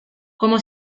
como